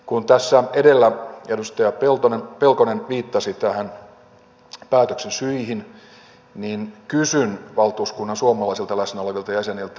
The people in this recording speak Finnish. kun tässä edellä edustaja pelkonen viittasi näihin päätöksen syihin niin kysyn valtuuskunnan suomalaisilta läsnä olevilta jäseniltä